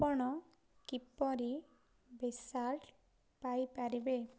ଆପଣ କିପରି ବେସାଲ୍ଟ ପାଇପାରିବେ